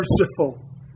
merciful